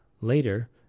Later